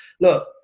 look